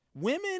Women